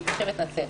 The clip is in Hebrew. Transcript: היא תושבת נצרת.